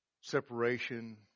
separation